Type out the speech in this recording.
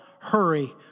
hurry